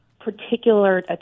particular